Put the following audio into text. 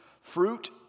fruit